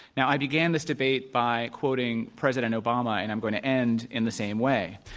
now, i began this debate by quoting president obama, and i'm going to end in the same way.